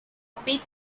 opaque